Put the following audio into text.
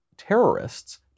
terrorists